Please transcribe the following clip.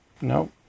Nope